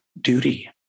duty